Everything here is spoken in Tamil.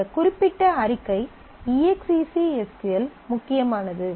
இந்த குறிப்பிட்ட அறிக்கை EXEC எஸ் க்யூ எல் முக்கியமானது